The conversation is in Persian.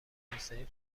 توسعه